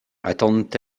attendent